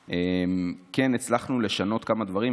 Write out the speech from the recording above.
כן הצלחנו לשנות כמה דברים.